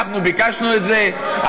אנחנו ביקשנו את זה?